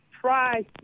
try